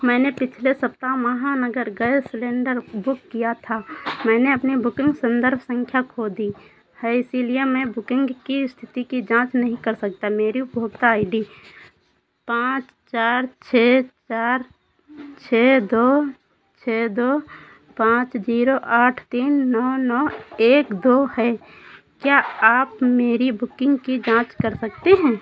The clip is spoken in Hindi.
मैंने पिछले सप्ताह महानगर गैस सिलेन्डर बुक किया था मैंने अपनी बुकिंग संदर्भ संख्या खो दी है इसी लिए मैं बुकिंग की स्थति की जाँच नहीं कर सकता मेरी उपभोक्ता आई डी पाँच चार छः चार छः दो छः दो पाँच जीरो आठ तीन नौ नौ एक दो है क्या आप मेरी बुकिंग की जाँच कर सकते हैं